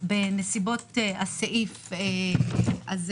בנסיבות הסעיף הזה